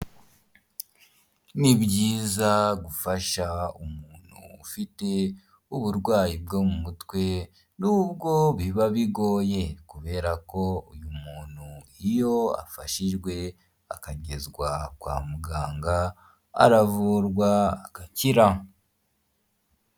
Ni byiza gufasha umuntu ufite uburwayi bwo mu mutwe nubwo biba bigoye kubera ko uyu muntu iyo afashijwe akagezwa kwa muganga aravurwa agakira.